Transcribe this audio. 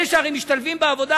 הרי אלה שמשתלבים בעבודה,